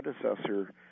predecessor